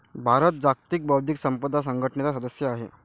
भारत जागतिक बौद्धिक संपदा संघटनेचाही सदस्य आहे